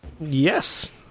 Yes